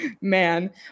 Man